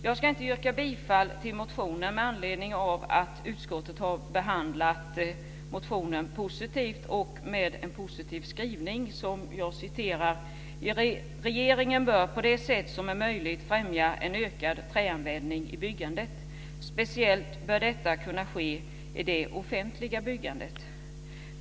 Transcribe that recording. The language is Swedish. Jag ska inte yrka bifall till motionen, eftersom utskottet har behandlat den positivt, bl.a. med följande skrivning: "Regeringen bör på de sätt som är möjliga främja en ökad träanvändning i byggandet. Speciellt bör detta kunna ske i det offentliga byggandet."